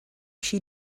she